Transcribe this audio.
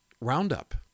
Roundup